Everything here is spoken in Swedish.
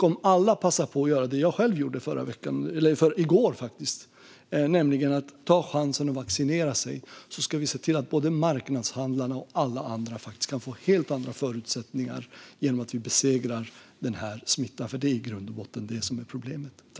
Om alla passar på att göra det jag själv gjorde i går, nämligen tar chansen att vaccinera sig, ska vi se till att både marknadshandlarna och alla andra kan få helt andra förutsättningar genom att vi besegrar smittan. Det är ju i grund och botten den som är problemet.